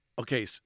okay